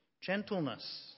gentleness